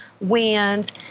wind